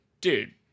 Dude